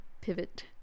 pivot